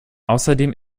außerdem